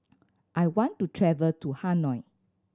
I want to travel to Hanoi